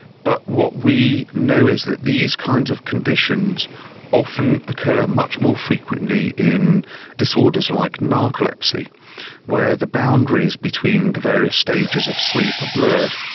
but what we know is that these kinds of conditions often occur much more frequently in disorders like narcolepsy where the boundaries between the various stages of sleep are blurred.